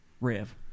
Rev